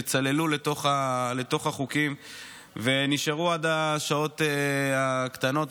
שצללו לתוך החוקים ונשארו עד השעות הקטנות.